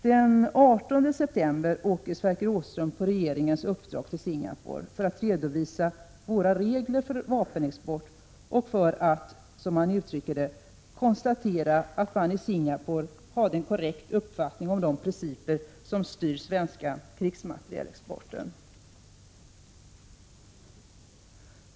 Den 18 september åkte Sverker Åström på regeringens uppdrag till Singapore för att redovisa våra regler för vapenexport och för att — som han uttryckte det — ”konstatera att man i Singapore hade en korrekt uppfattning om de principer som styr den svenska krigsmaterielexporten”.